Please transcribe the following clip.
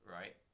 right